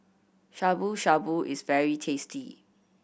Shabu Shabu is very tasty